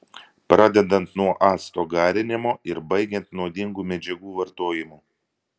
pradedant nuo acto garinimo ir baigiant nuodingų medžiagų vartojimu